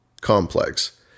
complex